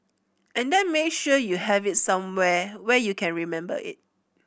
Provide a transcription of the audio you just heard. and then make sure you have it somewhere where you can remember it